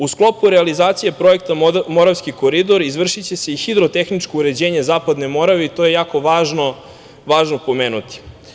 U sklopu realizacije projekta Moravski koridor izvršiće se i hidro-tehničko uređenje Zapadne Morave i to je jako važno pomenuti.